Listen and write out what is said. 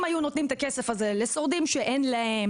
אם היו נותנים את הכסף הזה לשורדים שאין להם,